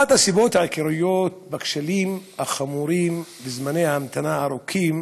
אחת הסיבות העיקריות לכשלים החמורים ולזמני ההמתנה הארוכים